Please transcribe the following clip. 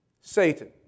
Satan